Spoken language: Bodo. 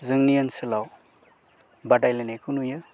जोंनि ओनसोलाव बादायलायनायखौ नुयो